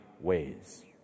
ways